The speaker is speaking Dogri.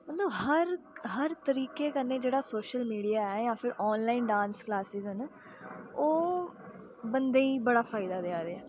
मतलब हर हर तरीके कन्नै जेह्ड़ा सोशल मीडिया ऐ जां फिर आनलाइन डांस क्लास्स न ओह् बंदे गी बड़ा फायदा देयै दे